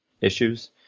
issues